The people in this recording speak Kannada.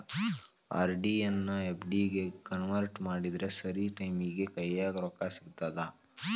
ಆರ್.ಡಿ ಎನ್ನಾ ಎಫ್.ಡಿ ಗೆ ಕನ್ವರ್ಟ್ ಮಾಡಿದ್ರ ಸರಿ ಟೈಮಿಗಿ ಕೈಯ್ಯಾಗ ರೊಕ್ಕಾ ಸಿಗತ್ತಾ